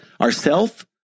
ourself